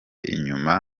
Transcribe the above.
inyuma